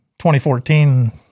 2014